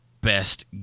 best